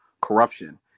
corruption